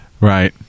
Right